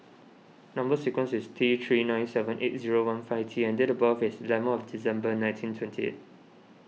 Number Sequence is T three nine seven eight zero one five T and date of birth is eleven of December nineteen twenty eight